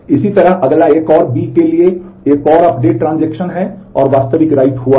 इसी तरह अगला एक और B के लिए एक और अपडेट ट्रांजेक्शन हुआ है